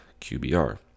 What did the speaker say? QBR